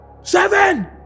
Seven